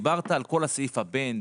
דיברת על כל סעיף הבן,